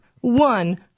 one